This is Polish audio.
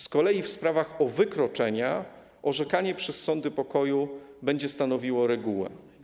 Z kolei w sprawach o wykroczenia orzekanie przez sądy pokoju będzie stanowiło regułę.